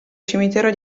cimitero